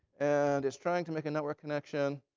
and it's trying to make a network connection.